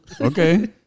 Okay